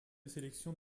sélection